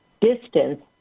distance